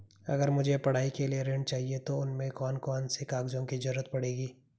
अगर मुझे पढ़ाई के लिए ऋण चाहिए तो उसमें कौन कौन से कागजों की जरूरत पड़ेगी?